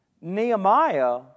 Nehemiah